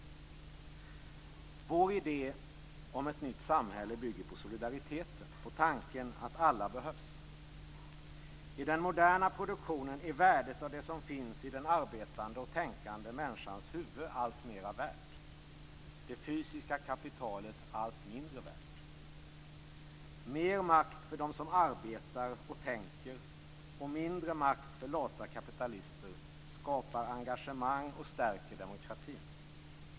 Vår idé om ett nytt samhälle bygger på solidariteten - på tanken att alla behövs. I den moderna produktionen är värdet av det som finns i den arbetande och tänkande människans huvud alltmer värt. Det fysiska kapitalet blir allt mindre värt. Mer makt för dem som arbetar och tänker och mindre makt för lata kapitalister skapar engagemang och stärker demokratin.